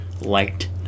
liked